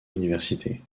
l’université